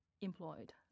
employed